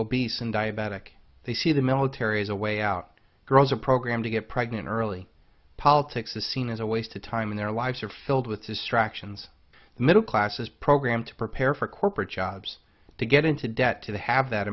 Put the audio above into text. obese and diabetic they see the military as a way out girls are programmed to get pregnant early politics is seen as a waste of time in their lives are filled with distractions the middle class is programmed to prepare for corporate jobs to get into debt to have that